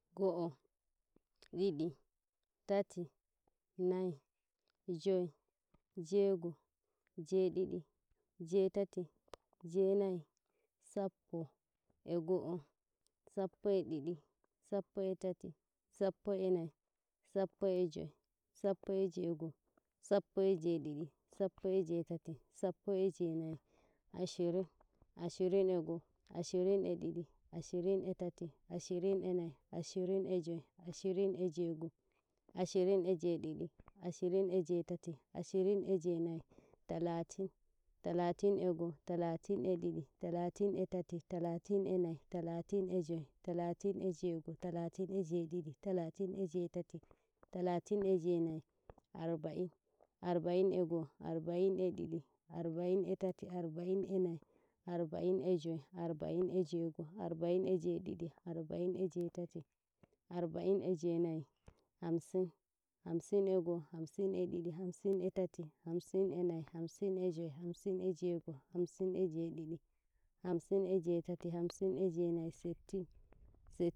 Go'oɗiɗitatinayijoyi jey gojey didijey tatijey nayisappo sappo e go'osappo e ɗiɗisappo e tatisappo e nayisappo e joisappo e jey'gosappo e jey'didisappo e jey'tatisappo e jey'nayiAshirin Ashirin e go'oAshirin e ɗiɗiAshirin e tati Ashirin e nayiAshirin e joyAshirin e jey'goAshirin e jey'ɗiɗiAshirin e jey'tatiAshirin e jey'nayiTalatinTalatin e go'oTalatin e ɗiɗiTalatin e tati Talatin e nayiTalatin e joyTalatin e jey'goTalatin e jey'ɗiɗiTalatin e jey'tatiTalatin e jey'nayiArba'inArba'in e go'oArba'in e didiArba'in e tati Arba'in e nayiArba'in e joyArba'in e jey'goArba'in e jey'ɗiɗiArba'in e jey'tatiArba'in e jey'nayiHamsin Hamsin e go'oHamsin e ɗiɗiHamsin e tati Hamsin e nayiHamsin e joyHamsin e jey'goHamsin e jey'ɗiɗiHamsin e jey'tatiHamsin e jey'nayiSettin